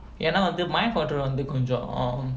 எனா வந்து:enaa vanthu mind control வந்து கொஞ்சம்:vanthu konjam